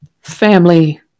family